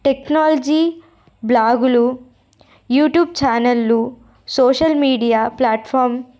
technology బ్లాగులు YouTube ఛానళ్ళు social media platform